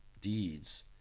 deeds